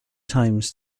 times